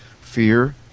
fear